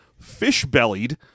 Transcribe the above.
fish-bellied